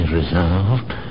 resolved